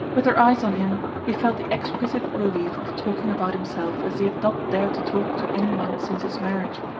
with her eyes on him he felt the exquisite relief of talking about himself as he had not dared to talk to any one since his marriage.